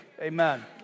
Amen